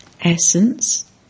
Essence